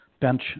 bench